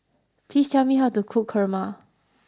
please tell me how to cook kurma